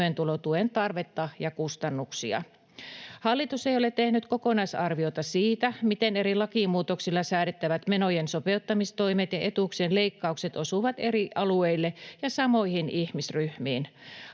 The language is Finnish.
toimeentulotuen tarvetta ja kustannuksia. Hallitus ei ole tehnyt kokonaisarviota siitä, miten eri lakimuutoksilla säädettävät menojen sopeuttamistoimet ja etuuksien leikkaukset osuvat eri alueille ja samoihin ihmisryhmiin.